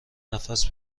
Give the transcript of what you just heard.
نفس